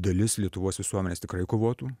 dalis lietuvos visuomenės tikrai kovotų